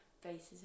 faces